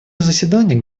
заседаниях